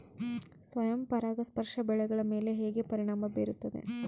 ಸ್ವಯಂ ಪರಾಗಸ್ಪರ್ಶ ಬೆಳೆಗಳ ಮೇಲೆ ಹೇಗೆ ಪರಿಣಾಮ ಬೇರುತ್ತದೆ?